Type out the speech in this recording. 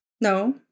No